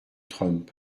trump